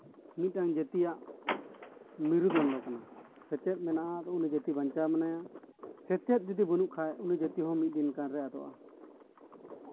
ᱢᱤᱫᱴᱟᱱ ᱡᱟᱹᱛᱤᱭᱟᱜ ᱢᱤᱨᱩᱫᱚᱱᱰᱚ ᱠᱟᱱᱟ ᱥᱮᱪᱮᱫ ᱢᱮᱱᱟᱜᱼᱟ ᱟᱨ ᱩᱱᱤ ᱡᱟᱹᱛᱤ ᱵᱟᱧᱪᱟᱣ ᱢᱮᱱᱟᱭᱟ ᱥᱮᱪᱮᱫ ᱡᱩᱫᱤ ᱵᱟᱹᱱᱩᱜ ᱠᱷᱟᱡ ᱩᱱᱤ ᱡᱟᱹᱛᱤ ᱦᱚᱸ ᱢᱤᱫ ᱫᱤᱱᱠᱟᱨ ᱨᱮᱭ ᱟᱫᱚᱜᱼᱟ